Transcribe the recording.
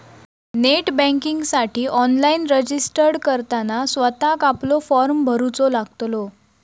net बँकिंगसाठी online registered करताना स्वतःक आपलो फॉर्म भरूचो लागतलो